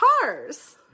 cars